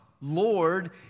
Lord